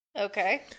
Okay